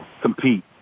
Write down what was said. compete